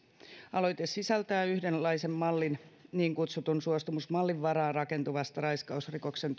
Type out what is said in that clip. aloite sisältää yhdenlaisen mallin niin kutsutun suostumusmallin varaan rakentuvan raiskausrikoksen